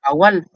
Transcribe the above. Awal